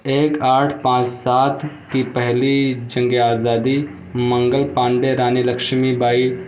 ایک آٹھ پانچ سات کی پہلی جنگ آزادی منگل پانڈے رانی لکشمی بائی